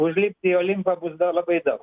užlipti į olimpą bus dar labai daug